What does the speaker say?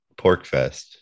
Porkfest